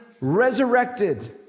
resurrected